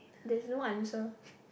there's no answer